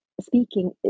speaking